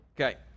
Okay